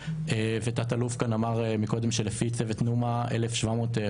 ותת אלוף כאן אמר קודם שלפי צוות נומה 1,750